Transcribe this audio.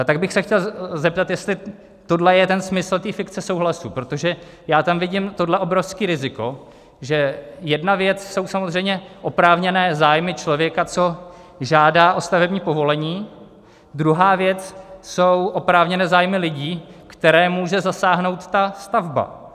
Tak bych se chtěl zeptat, jestli tohle je jeden smysl té fikce souhlasu, protože já tam vidím tohle obrovské riziko, že jedna věc jsou samozřejmě oprávněné zájmy člověka, co žádá o stavební povolení, druhá věc jsou oprávněné zájmy lidí, které může zasáhnout ta stavba.